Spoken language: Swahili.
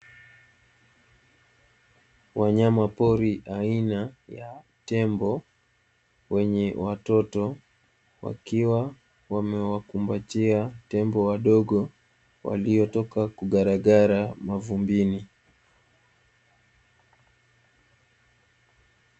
Wanyama pori aina ya tembo wenye watoto, wakiwa wamewakumbatia tembo wadogo waliyotoka kugaragara mavumbini.